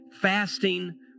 fasting